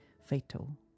fatal